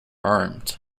armed